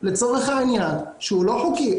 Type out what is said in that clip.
אירוע שהוא לא חוקי,